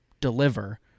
deliver